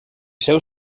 seu